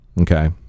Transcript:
Okay